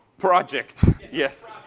project. yes.